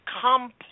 complex